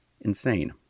insane